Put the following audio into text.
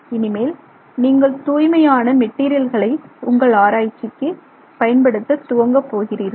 இனிமேல் நீங்கள் தூய்மையான மெடீரியல்களை உங்கள் ஆராய்ச்சிக்கு பயன்படுத்த துவங்கப் போகிறீர்கள்